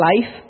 life